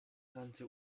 rannte